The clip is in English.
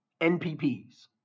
NPPs